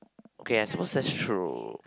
okay I suppose that's true